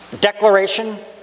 declaration